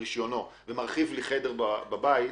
רשיונו ומרחיב לי חדר בבית,